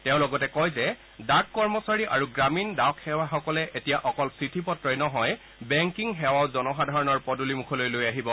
তেওঁ লগতে কয় যে ডাক কৰ্মচাৰী আৰু গ্ৰামীণ ডাকসেৱকসকলে এতিয়া অকল চিঠি পত্ৰই নহয় বেংকিং সেৱাও জনসাধাৰণৰ পদূলিমুখলৈ লৈ আহিব